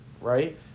right